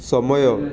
ସମୟ